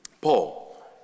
Paul